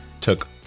took